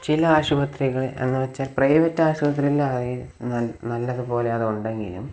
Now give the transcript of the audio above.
ചില ആശുപത്രികളെ എന്നുവെച്ചാൽ പ്രൈവറ്റ് ആശുപത്രികളിലായി നല്ല നല്ലതുപോലെ അത് ഉണ്ടെങ്കിലും